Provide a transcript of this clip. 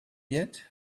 yet